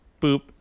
boop